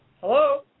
Hello